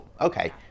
Okay